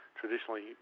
traditionally